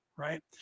right